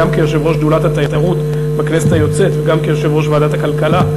גם כיושב-ראש שדולת התיירות בכנסת היוצאת וגם כיושב-ראש ועדת הכלכלה,